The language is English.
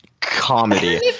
Comedy